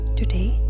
today